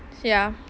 ya